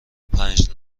پنج